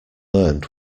learned